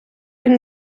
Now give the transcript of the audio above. він